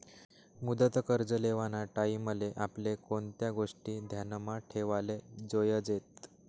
मुदत कर्ज लेवाना टाईमले आपले कोणत्या गोष्टी ध्यानमा ठेवाले जोयजेत